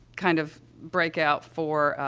kind of breakout for, ah,